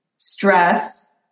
stress